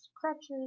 crutches